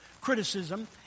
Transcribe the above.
criticism